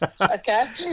Okay